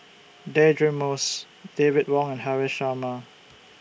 Deirdre Moss David Wong and Haresh Sharma